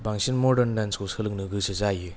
बांसिन मदार्न दान्सखौ सोलोंनो गोसो जायो